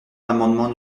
l’amendement